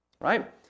right